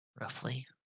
Roughly